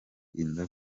inda